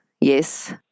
yes